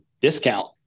discount